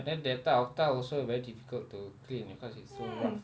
then that type of tile also very difficult to clean because it's so rough